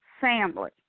family